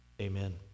Amen